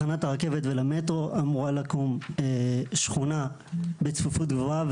הרכבת ולמטרו אמורה לקום שכונה בצפיפות גבוהה,